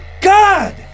God